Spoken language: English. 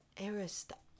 Aristotle